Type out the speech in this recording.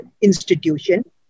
institution